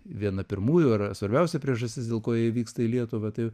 viena pirmųjų yra svarbiausia priežastis dėl ko jie vyksta į lietuvą tai